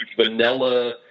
vanilla